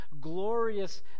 glorious